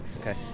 okay